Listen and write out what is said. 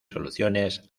soluciones